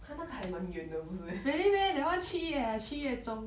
他那个还蛮远的不是 meh